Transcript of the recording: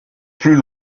plus